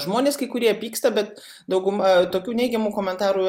žmonės kai kurie pyksta bet dauguma tokių neigiamų komentarų